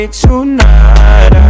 tonight